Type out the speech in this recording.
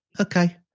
Okay